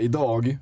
Idag